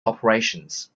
operations